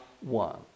one